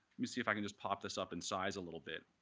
me see if i can just pop this up in size a little bit.